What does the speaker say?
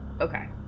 Okay